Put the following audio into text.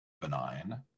benign